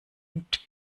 und